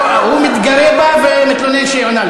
הוא מתגרה בה ומתלונן שהיא עונה.